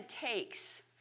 takes